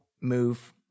move